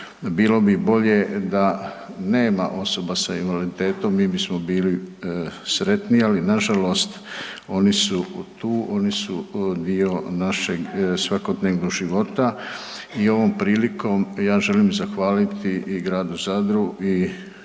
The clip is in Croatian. Bilo bi bolje da nema osoba s invaliditetom, mi bismo bili sretniji, ali nažalost oni su tu, oni su dio našeg svakodnevnog života i ovom prilikom ja želim zahvaliti i gradu Zadru i